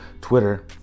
Twitter